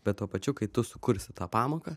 bet tuo pačiu kai tu sukursi tą pamoką